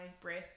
breath